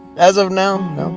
as of now,